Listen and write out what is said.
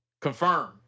Confirm